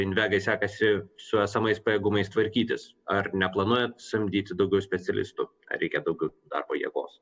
invegai sekasi su esamais pajėgumais tvarkytis ar neplanuojat samdyti daugiau specialistų ar reikia daugiau darbo jėgos